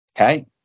Okay